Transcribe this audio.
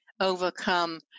overcome